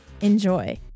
Enjoy